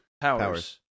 Powers